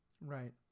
right